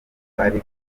ari